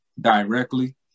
directly